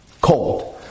cold